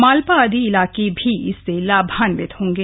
मालपा आदि इलाके भी इससे लाभान्वित होंगे